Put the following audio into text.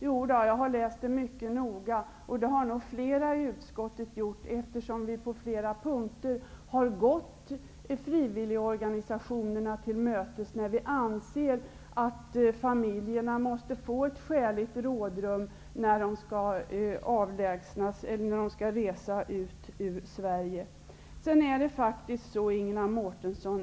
Jo, jag har läst remissvaren mycket noga, och det har nog flera i utskottet gjort, eftersom vi på åtskilliga punkter vill gå frivilligorganisationerna till mötes. Vi anser att familjerna måste få ett skäligt rådrum innan de skall resa ut ur Sverige. Förvar är inte fängelse, Ingela Mårtensson.